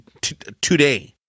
today